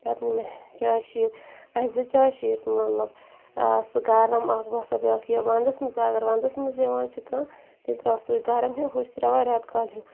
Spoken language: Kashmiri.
پَتہٕ نی مےٚ چاے شیٖٹ اَسہِ زٕ چاے شیٖٹ مطلب آ سُہ گَرم اکھ باسان بیٛاکھ یہِ وَنٛدَس مَنٛز اَگر وَنٛدَس مَنٛز یِوان چھُ کانٛہہ تیٚلہِ ترٛاوان سُے گَرَم ہیٛوٗ ہُو چھِ ترٛاوان رٮ۪تہٕ کالہِ ہیٛوٗ